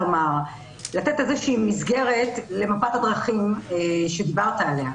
אני רוצה לתת איזושהי מסגרת למפת הדרכים שדיברת עליה.